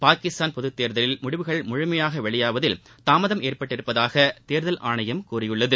பாகிஸ்தான் பொதத்தேர்தலில் முடிவுகள் முழுமையாக வெளியாவதில் தாமதம் ஏற்பட்டுள்ளதாக தேர்தல் ஆணையம் கூறியுள்ளது